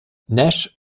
nash